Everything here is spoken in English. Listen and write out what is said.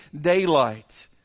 daylight